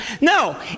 No